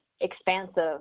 expansive